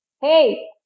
Hey